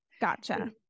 Gotcha